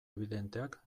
ebidenteak